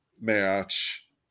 match